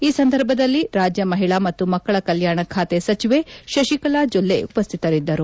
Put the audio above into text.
ಈ ಸಂದರ್ಭದಲ್ಲಿ ರಾಜ್ಯ ಮಹಿಳಾ ಮತ್ತು ಮಕ್ಕಳ ಕಲ್ಕಾಣ ಖಾತೆ ಸಚಿವೆ ಶಶಿಕಲಾ ಜೊಲ್ಲೆ ಉಪಶ್ಶಿತರಿದ್ದರು